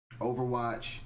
Overwatch